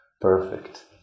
perfect